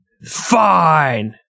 Fine